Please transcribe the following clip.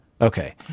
Okay